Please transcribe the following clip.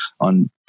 on